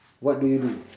what do you do